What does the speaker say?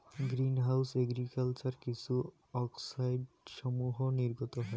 green house agriculture কিছু অক্সাইডসমূহ নির্গত হয়